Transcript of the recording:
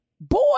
boy